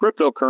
cryptocurrency